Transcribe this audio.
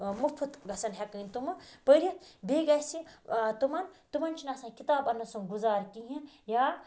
مُفت گَژھَن ہیکٕنۍ تِم پٔرِتھ بیٚیہِ گَژھہِ تِمَن تِمَن چھُنہٕ آسان کِتاب اَننَس سُم گُزارِ کِہیٖنۍ یا